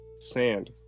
Sand